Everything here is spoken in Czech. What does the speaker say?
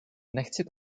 nechci